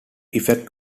effect